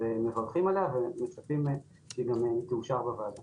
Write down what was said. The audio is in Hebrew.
אנחנו מבינים את החשיבות של זה.